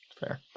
Fair